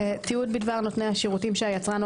תיעוד בדבר נותני השירותים שהיצרן או